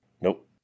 Nope